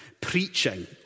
preaching